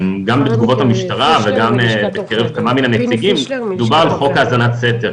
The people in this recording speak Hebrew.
גם בתגובות המשטרה וגם בקרב כמה מהנציגים דובר על חוק האזנת סתר.